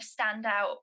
standout